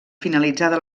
finalitzada